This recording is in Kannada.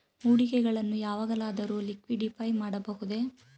ಹೂಡಿಕೆಗಳನ್ನು ಯಾವಾಗಲಾದರೂ ಲಿಕ್ವಿಡಿಫೈ ಮಾಡಬಹುದೇ?